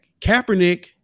Kaepernick